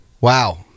wow